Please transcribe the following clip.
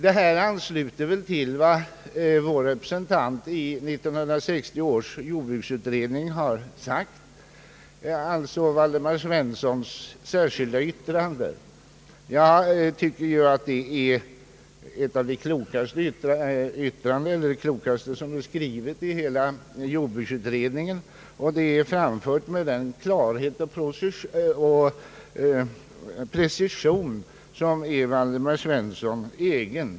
Detta ansluter väl till vad vår representant i 1960 års jordbruksutredning har sagt. Det gäller alltså herr Walde mar Svenssons särskilda yttrande. Jag tycker att detta yttrande är något av det klokaste som har skrivits i hela jordbruksutredningen, och yttrandet är framfört med en klarhet och pregnans som är herr Waldemar Svenssons egen.